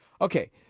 Okay